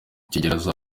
kigeli